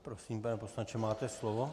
Prosím, pane poslanče, máte slovo.